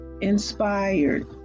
inspired